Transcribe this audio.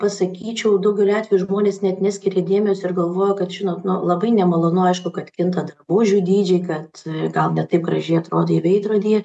pasakyčiau daugeliu atvejų žmonės net neskiria dėmesio ir galvoja kad žinot nu labai nemalonu aišku kad kinta drabužių dydžiai kad gal ne taip gražiai atrodai veidrodyje